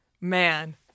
Man